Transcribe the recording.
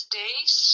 days